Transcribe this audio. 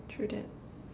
true that